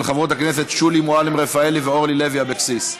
של חברות הכנסת שולי מועלם-רפאלי ואורלי לוי אבקסיס.